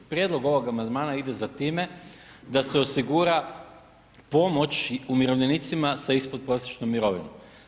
Prijedlog ovog amandman ide za time da se osigura pomoć umirovljenicima sa ispodprosječnom mirovinom.